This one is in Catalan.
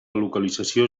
localització